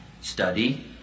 study